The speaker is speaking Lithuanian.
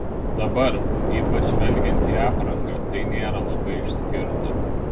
dabar ypač žvelgiant į aprangą tai nėra labai išskirta